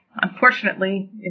Unfortunately